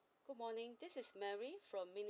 good morning this is mary from ministry